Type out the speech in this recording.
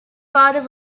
father